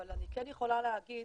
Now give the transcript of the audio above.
אבל אני כן יכולה להגיד,